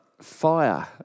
fire